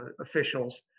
officials